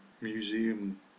museum